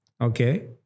Okay